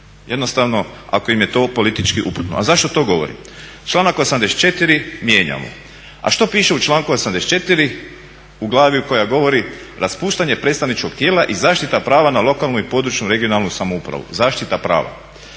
jednostavno ako im je to politički uputno. A zašto to govorim? Članak 84. mijenjamo, a što piše u članku 84. u glavi koja govori raspuštanje predstavničkog tijela i zaštita prava na lokalnu i područnu (regionalnu) samoupravu. Zaštita prava.